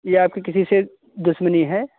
या आपकी किसी से दुश्मनी है